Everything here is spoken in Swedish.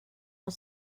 har